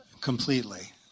Completely